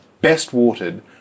best-watered